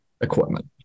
equipment